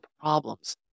problems